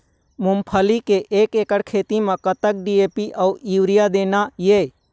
मूंगफली के एक एकड़ खेती म कतक डी.ए.पी अउ यूरिया देना ये?